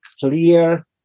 clear